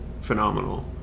phenomenal